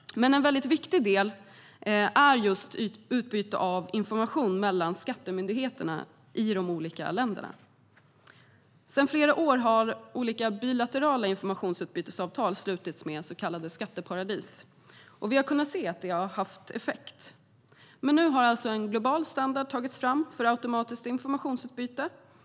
Men en viktig del är just utbyte av information mellan skattemyndigheterna i de olika länderna. Sedan flera år har olika bilaterala informationsutbytesavtal slutits med så kallade skatteparadis, och vi har kunnat se att det har haft effekt. Men nu har alltså en global standard tagits fram för automatiskt informationsutbyte.